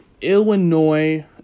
Illinois